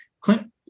Clint